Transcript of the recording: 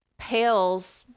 pales